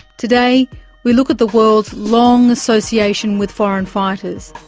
today we look at the world's long association with foreign fighters,